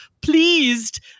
pleased